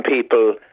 people